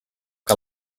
que